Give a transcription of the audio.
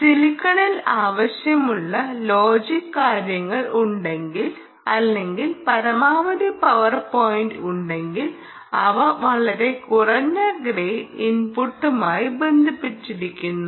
സിലിക്കണിൽ ആവശ്യത്തിന് ലോജിക് കാര്യങ്ങൾ ഉണ്ടെങ്കിൽ അല്ലെങ്കിൽ പരമാവധി പവർ പോയിന്റ് ഉണ്ടെങ്കിൽ അവ വളരെ കുറഞ്ഞ ഗ്രേഡ് ഇൻപുട്ടുമായി ബന്ധപ്പെട്ടിരിക്കുന്നു